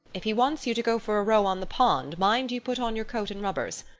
if he wants you to go for a row on the pond mind you put on your coat and rubbers.